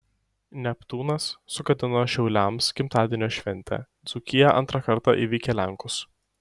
neptūnas sugadino šiauliams gimtadienio šventę dzūkija antrą kartą įveikė lenkus